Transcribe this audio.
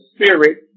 spirit